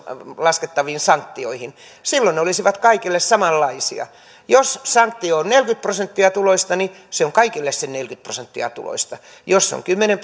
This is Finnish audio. laskettaviin sanktioihin silloin ne olisivat kaikille samanlaisia jos sanktio on neljäkymmentä prosenttia tuloista niin se on kaikille se neljäkymmentä prosenttia tuloista jos se kymmenen